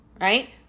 Right